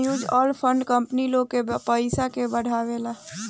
mutual fund company लोग के पयिसा के बढ़ावेला